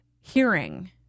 hearing